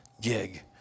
gig